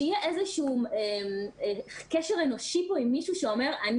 שיהיה איזשהו קשר אנושי פה עם מישהו שאומר,